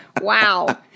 Wow